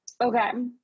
okay